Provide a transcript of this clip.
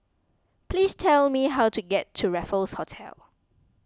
please tell me how to get to Raffles Hotel